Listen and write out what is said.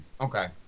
okay